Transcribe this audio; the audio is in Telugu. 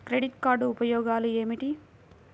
క్రెడిట్ కార్డ్ ఉపయోగాలు ఏమిటి?